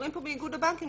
אומרים פה באיגוד הבנקים,